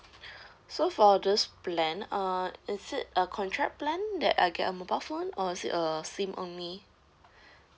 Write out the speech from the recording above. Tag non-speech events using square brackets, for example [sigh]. [breath] so for this plan uh is it a contract plan that I get a mobile phone or is it a SIM only [breath]